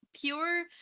pure